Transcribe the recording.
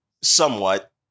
Somewhat